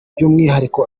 byumwihariko